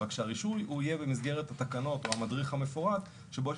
רק שהרישוי יהיה במסגרת התקנות או המדריך המפורט שבו יש